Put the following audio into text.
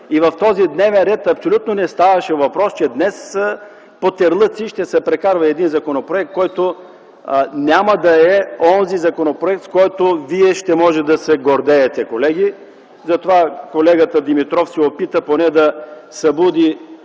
ред и в него абсолютно не ставаше въпрос, че днес, по терлици, ще се прокарва законопроект, който няма да е онзи законопроект, с който вие ще можете да се гордеете, колеги. Затова колегата Димитров се опита поне да събуди